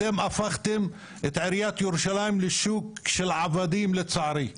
אתם הפכתם את עיריית ירושלים לשוק עבדים, לצערי.